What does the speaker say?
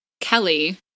Kelly